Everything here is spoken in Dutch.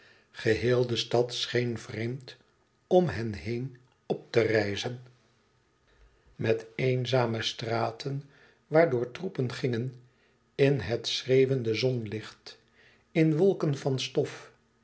geheel de stad scheen vreemd om hen heen op te rijzen met eenzame straten waardoor troepen gingen in het schreeuwende zonlicht in wolken van stof